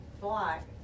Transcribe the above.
black